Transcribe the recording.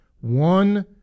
one